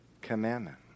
commandment